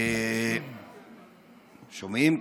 שומעים?